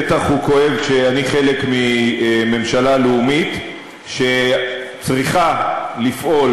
בטח הוא כואב כשאני חלק מממשלה לאומית שצריכה לפעול